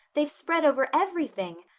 they've spread over everything.